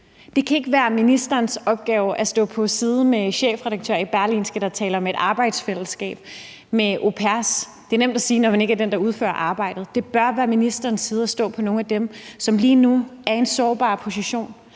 Det kan ikke være ministerens opgave at stå på samme side som chefredaktøren i Berlingske, der taler om et arbejdsfællesskab med au pairer. Det er nemt at sige, når man ikke er den, der udfører arbejdet. Ministeren bør stå på samme side med nogle af dem, som lige nu er i en sårbar position,